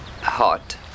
hot